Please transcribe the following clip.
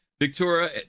Victoria